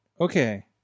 Okay